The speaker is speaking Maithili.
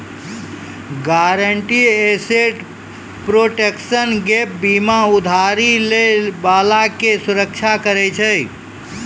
गारंटीड एसेट प्रोटेक्शन गैप बीमा उधारी लै बाला के सुरक्षा करै छै